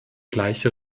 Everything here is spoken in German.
gleiche